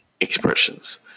expressions